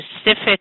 specific